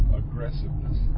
aggressiveness